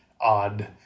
odd